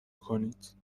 کنید